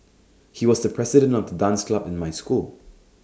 he was the president of the dance club in my school